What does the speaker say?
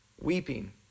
Weeping